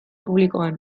publikoan